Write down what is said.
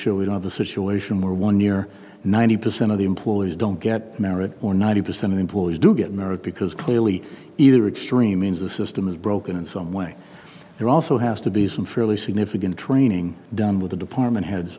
sure we don't have a situation where one year ninety percent of the employees don't get merit or ninety percent of employees do get merit because clearly either extreme means the system is broken in some way there also has to be some fairly significant training done with the department heads